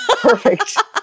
Perfect